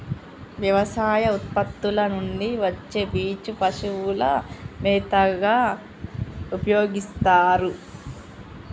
వ్యవసాయ ఉత్పత్తుల నుండి వచ్చే పీచు పశువుల మేతగా ఉపయోస్తారు